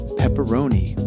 pepperoni